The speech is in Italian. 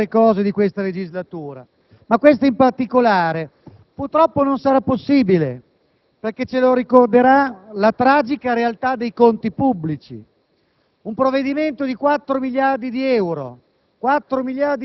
se potessimo, come tante altre cose della legislatura, ma questa in particolare. Purtroppo non sarà possibile, perché ce lo ricorderà la tragica realtà dei conti pubblici.